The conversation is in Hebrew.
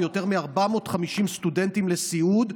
ויותר מ-450 סטודנטים לסיעוד,